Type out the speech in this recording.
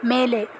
ಮೇಲೆ